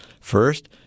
First